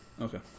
Okay